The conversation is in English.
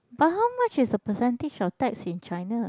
but how much is the percentage of tax in China